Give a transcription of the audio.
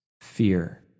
Fear